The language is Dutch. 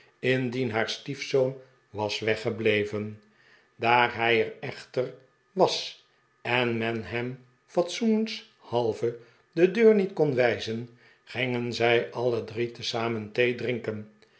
indien haar stiefzoon was weggebleven daar hij er echter was en men hem fatsoenshalve de deur niet kon wijzen gingen zij alle drie tezamen